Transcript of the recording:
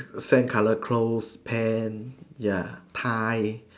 same color clothes pant ya tie